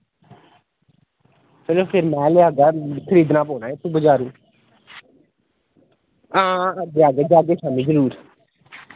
ओह् में फिर लेई आह्गा खरीदना पौना ऐ आं जाह्गे जाह्गे शामीं जरूर